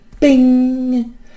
Bing